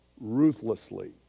ruthlessly